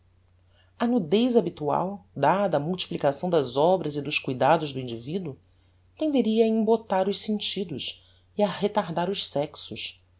a nudez habitual dada a multiplicação das obras e dos cuidados do individuo tenderia a embotar os sentidos e a retardar os sexos